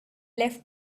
left